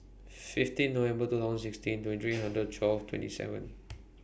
fifteen November two thousand sixteen twenty three hundred twelve twenty seven